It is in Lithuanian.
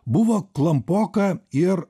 buvo klampoka ir